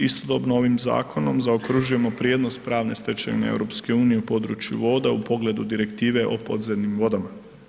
Istodobno ovim zakonom zaokružujemo prijenos pravne stečevine EU u području voda u pogledu Direktive o podzemnim vodama.